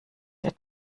der